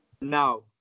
now